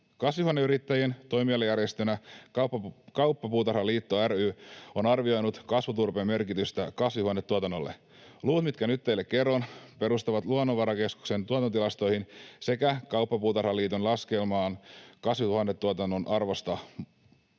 Kasvihuoneyrittäjien toimialajärjestönä Kauppapuutarhaliitto ry on arvioinut kasvuturpeen merkitystä kasvihuonetuotannolle. Luvut, mitkä nyt teille kerron, perustuvat Luonnonvarakeskuksen tuotantotilastoihin sekä Kauppapuutarhaliiton laskelmaan kasvihuonetuotannon arvosta.